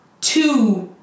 two